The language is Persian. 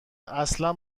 اصلا